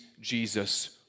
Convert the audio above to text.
Jesus